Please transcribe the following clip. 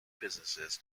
businesses